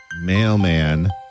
Mailman